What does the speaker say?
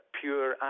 pure